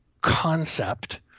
concept